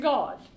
God